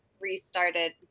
restarted